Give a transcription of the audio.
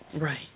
Right